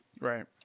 Right